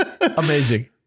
amazing